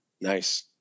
Nice